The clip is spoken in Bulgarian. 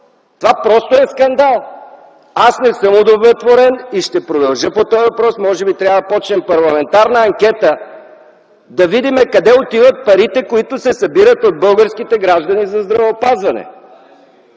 Това просто е скандал! Аз не съм удовлетворен и ще продължа по този въпрос. Може би трябва да започнем парламентарна анкета, да видим къде отиват парите, които се събират от българските граждани за здравеопазване!